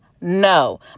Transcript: no